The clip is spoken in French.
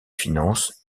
finances